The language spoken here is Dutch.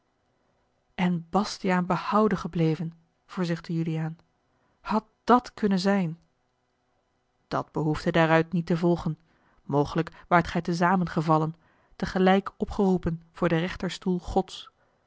en bastiaan behouden gebleven verzuchtte juliaan had dàt kunnen zijn dat behoefde daaruit niet te volgen mogelijk waart gij te zamen gevallen tegelijk opgeroepen voor den rechterstoel gods